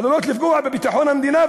הן "עלולות לפגוע בביטחון המדינה,